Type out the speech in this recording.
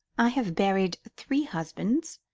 i have buried three husbands,